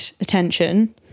attention